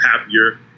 happier